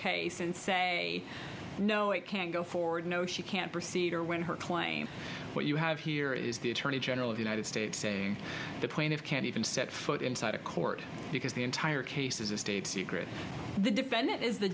case and say no it can't go forward no she can't proceed or when her claim what you have here is the attorney general of the united states a point of can't even set foot inside a court because the entire case is a state secret the defendant is the